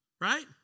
right